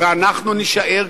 ואנחנו נישאר,